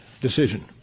decision